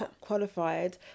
qualified